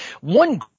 One